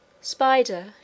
Spider